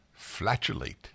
flatulate